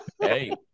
hey